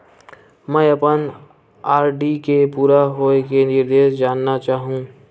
मैं अपन आर.डी के पूरा होये के निर्देश जानना चाहहु